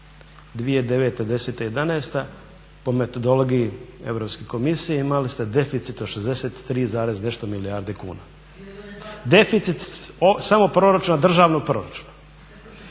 jedanaesta po metodologiji Europske komisije imali ste deficit od 63 zarez nešto milijardi kuna. Deficit samo proračuna državnog proračuna,